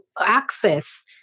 access